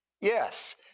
yes